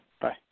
bye